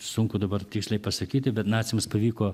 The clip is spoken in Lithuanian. sunku dabar tiksliai pasakyti bet naciams pavyko